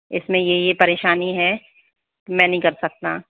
इसमें ये ये परेशानी है मैं नहीं कर सकता